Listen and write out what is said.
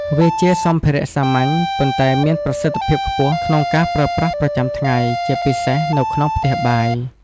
វាជាសម្ភារៈសាមញ្ញ ប៉ុន្តែមានប្រសិទ្ធភាពខ្ពស់ ក្នុងការប្រើប្រាស់ប្រចាំថ្ងៃ ជាពិសេសនៅក្នុងផ្ទះបាយ។